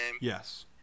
Yes